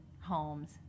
homes